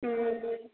ம்